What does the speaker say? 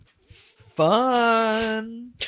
Fun